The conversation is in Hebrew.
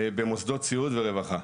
במוסדות סיעוד ורווחה.